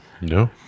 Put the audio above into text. No